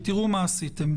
תראו מה עשיתם.